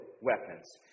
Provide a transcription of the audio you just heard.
weapons